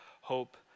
Hope